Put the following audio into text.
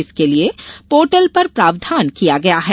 इसके लिये पोर्टल पर प्रावधान किया गया है